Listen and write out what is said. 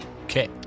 Okay